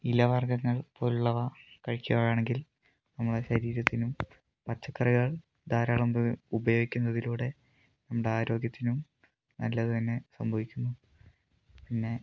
ഇല വർഗ്ഗങ്ങൾ പോലുള്ളവ കഴിക്കുകയാണെങ്കിൽ നമ്മുടെ ശരീരത്തിനും പച്ചക്കറികൾ ധാരാളം ഉപയ ഉപയോഗിക്കുന്നതിലൂടെ നമ്മുടെ ആരോഗ്യത്തിനും നല്ലത് തന്നെ സംഭവിക്കുന്നു പിന്നെ